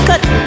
Cut